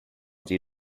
due